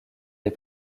les